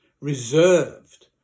reserved